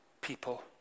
people